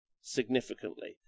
significantly